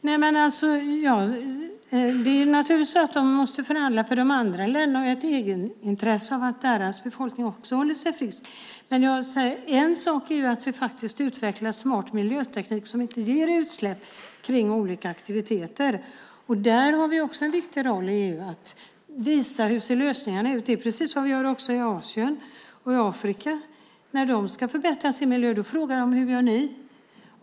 Herr talman! Det är naturligtvis så att de måste förhandla, för de andra länderna har ju ett egenintresse av att deras befolkning också håller sig frisk. En sak är att vi faktiskt utvecklar smart miljöteknik som inte ger utsläpp från olika aktiviteter. Där har vi också en viktig roll i EU att visa hur lösningarna ser ut. Det är precis det vi gör också i Asien och i Afrika. När de ska förbättra sin miljö frågar de: Hur gör ni?